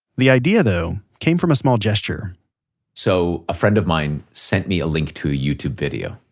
the idea though, came from a small gesture so a friend of mine sent me a link to a youtube video.